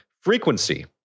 frequency